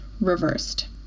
reversed